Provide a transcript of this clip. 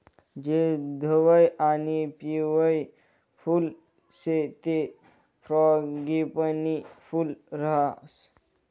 जे धवयं आणि पिवयं फुल शे ते फ्रॉगीपनी फूल राहास